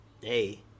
Hey